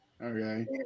Okay